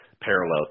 parallel